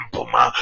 Puma